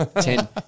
Ten